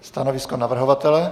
Stanovisko navrhovatele?